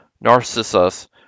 Narcissus